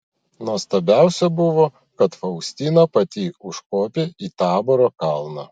nuostabiausia buvo kad faustina pati užkopė į taboro kalną